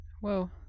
whoa